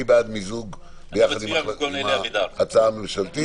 מי בעד מיזוג יחד עם ההצעה הממשלתית?